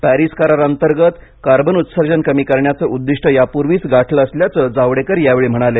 Paris कराराअंतर्गत carbon उत्सर्जन कमी करण्याचं उद्दिष्ट यापूर्वीच गाठलं असल्याचं जावडेकर यावेळी म्हणाले